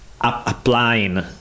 applying